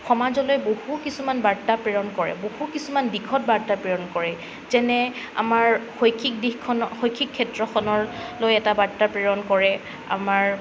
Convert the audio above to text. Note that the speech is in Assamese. সমাজলৈ বহু কিছুমান বাৰ্তা প্ৰেৰণ কৰে বহু কিছুমান দিশত বাৰ্তা প্ৰেৰণ কৰে যেনে আমাৰ শৈক্ষিক দিশখনৰ শৈক্ষিক ক্ষেত্ৰখনলৈ এটা বাৰ্তা প্ৰেৰণ কৰে আমাৰ